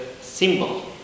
symbol